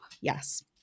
Yes